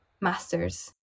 Masters